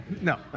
No